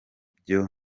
byo